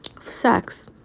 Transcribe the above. sex